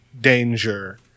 danger